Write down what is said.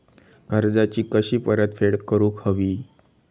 कर्जाची कशी परतफेड करूक हवी?